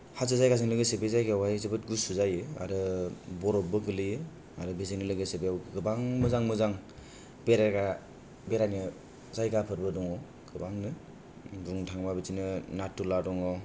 हाजो जायगाजों लोगोसे बे जायगायाव हाय जोबोद गुसु जायो आरो बरफबो गोलैयो आरो बेजोंनो लोगोसे बेयाव गोबां मोजां मोजां बेरायग्रा बेरायनो जायगाफोरबो दङ गोबांनो बुंनो थांब्ला बिदिनो नाटुला दङ